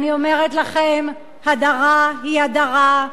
אני אומרת לכם, הדרה היא הדרה,